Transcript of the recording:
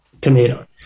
tomato